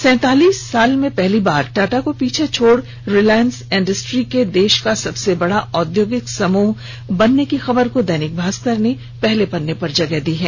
सैंतालीस साल में पहली बार टाटा को पीछे छोड़ रिलायंस इंडस्ट्री के देश का सबसे बड़ा औद्योगिक समूह बनने की खबर को दैनिक भास्कर ने पहले पन्ने पर स्थान दिया है